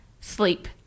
sleep